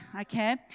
okay